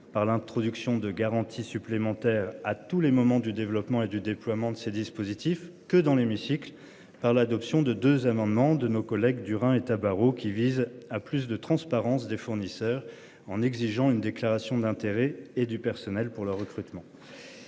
par l'introduction de garanties supplémentaires à tous les moments du développement et du déploiement de ces dispositifs que dans l'hémicycle par l'adoption de 2 amendements de nos collègues du Rhin et Tabarot qui vise à plus de transparence des fournisseurs en exigeant une déclaration d'intérêts et du personnel pour le recrutement.